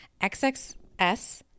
XXS